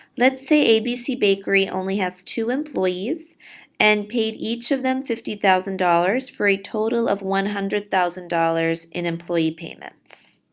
let's say abc bakery only has two employees and paid each of them fifty thousand dollars for a total of one hundred thousand dollars in employee payments.